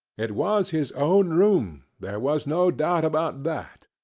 it was his own room. there was no doubt about that.